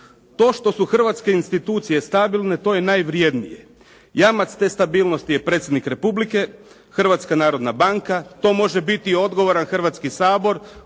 To što su hrvatske institucije stabilne, to je najvrjednije. Jamac te stabilnosti je predsjednik Republike, Hrvatske narodna banka, to može biti i odgovoran Hrvatski sabor,